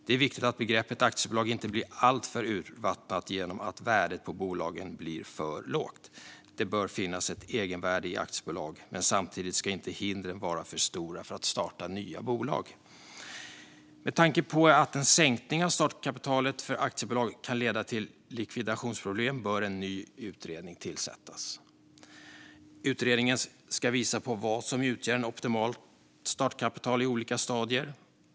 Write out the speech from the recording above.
Det är viktigt att begreppet aktiebolag inte blir alltför urvattnat genom att värdet på bolagen blir för lågt. Det bör finnas ett egenvärde i aktiebolag, men samtidigt ska inte hindren vara för stora för att starta nya bolag. Med tanke på att en sänkning av startkapitalet för aktiebolag kan leda till likvidationsproblem bör en ny utredning tillsättas. Utredningen ska visa på vad som utgör ett optimalt startkapital i olika stadier.